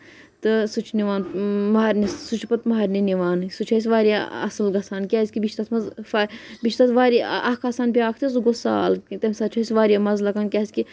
تہٕ سُہ چھِ نوان مہررنہِ سُہ چھُ پَتہٕ مہرنہِ نِوان أسۍ سُہ چھِ أسۍ واریاہ اَصٕل گژھان کیازِ کہِ بیٚیہِ چھُ تَتھ منٛز بیٚیہِ چھُ تَتھ واریاہ اکھ آسان بیاکھ تہِ سُہ گوٚو سال کھیوٚن تَمہِ ساتہٕ چھُ اَسہِ مَزٕ لگان کیازِ کہِ